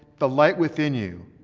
the light within you,